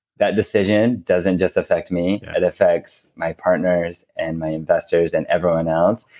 that decision doesn't just affect me, it affects my partners, and my investors and everyone else.